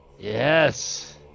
yes